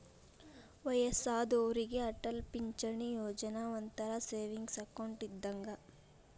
ವಯ್ಯಸ್ಸಾದೋರಿಗೆ ಅಟಲ್ ಪಿಂಚಣಿ ಯೋಜನಾ ಒಂಥರಾ ಸೇವಿಂಗ್ಸ್ ಅಕೌಂಟ್ ಇದ್ದಂಗ